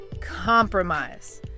compromise